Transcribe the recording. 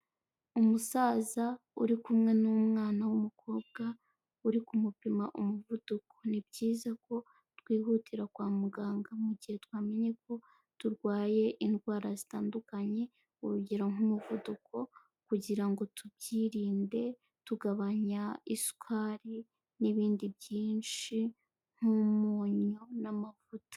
Umusaza uri kumwe n'umwana w'umukobwa uri kumupima umuvuduko. Ni byiza ko twihutira kwa muganga mu gihe twamenye ko turwaye indwara zitandukanye urugero nk'umuvuduko kugira ngo tubyirinde, tugabanya isukari n'ibindi byinshi nk'umunyu n'amavuta.